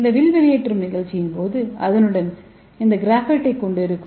இந்த வில் வெளியேற்றும் நிகழ்ச்சியின் போதுஅதனுடன் இந்த கிராஃபைட்டைக் கொண்டு இருக்கும்